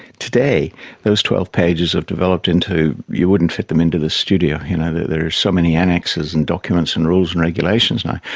today those twelve pages have developed into, you wouldn't fit them into this studio, you know, there there are so many annexes and documents and rules and regulations now.